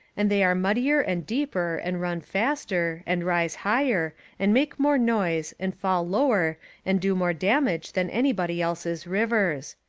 and they are muddier and deeper and run faster, and rise higher and make more noise and fall lower and do more damage than anybody else's rivers.